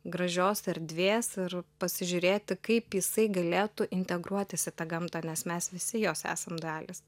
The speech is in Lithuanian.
gražios erdvės ir pasižiūrėti kaip jisai galėtų integruotis į tą gamtą nes mes visi jos esam dalys